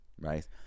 right